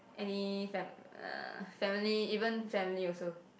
any fam~ uh family even family also